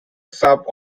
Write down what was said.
sub